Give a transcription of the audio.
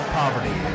poverty